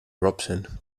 robson